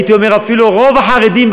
הייתי אומר אפילו רוב החרדים,